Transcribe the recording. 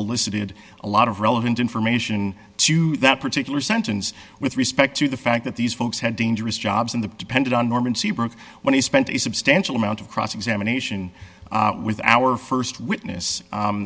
elicited a lot of relevant information to that particular sentence with respect to the fact that these folks had dangerous jobs and the depended on norman seabrook when he spent a substantial amount of cross examination with our st witness